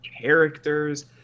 characters